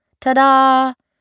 Ta-da